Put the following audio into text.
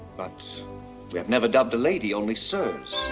but we have never dubbed a lady, only sirs.